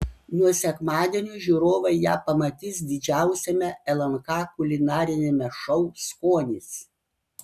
nuo sekmadienio žiūrovai ją pamatys didžiausiame lnk kulinariniame šou skonis